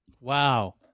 Wow